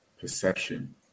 perception